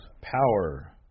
Power